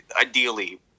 ideally